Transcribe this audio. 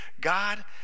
God